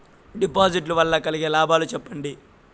డిపాజిట్లు లు వల్ల కలిగే లాభాలు సెప్పండి?